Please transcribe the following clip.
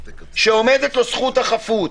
שעומדת לו זכות החפות.